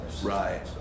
Right